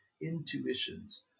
intuitions